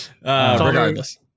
regardless